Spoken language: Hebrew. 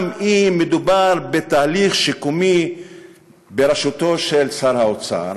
גם אם מדובר בתהליך שיקומי בראשותו של שר האוצר,